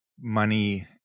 money